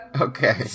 Okay